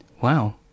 Wow